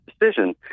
decision